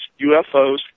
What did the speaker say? UFOs